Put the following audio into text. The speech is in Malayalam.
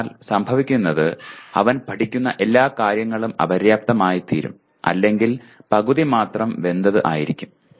അതിനാൽ സംഭവിക്കുന്നത് അവൻ പഠിക്കുന്ന എല്ലാ കാര്യങ്ങളും അപര്യാപ്തമായിരിക്കും അല്ലെങ്കിൽ പകുതി മാത്രം വെന്തത് ആയിരിക്കും